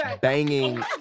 banging